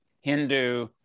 Hindu